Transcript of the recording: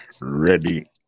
Ready